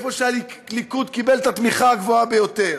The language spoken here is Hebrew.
באזורים שהליכוד קיבל את התמיכה הגבוהה ביותר?